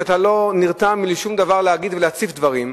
שאתה לא נרתם להגיד ולהציף דברים,